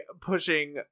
pushing